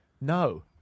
no